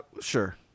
sure